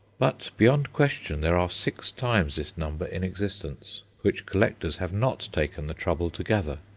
but beyond question there are six times this number in existence, which collectors have not taken the trouble to gather.